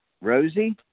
Rosie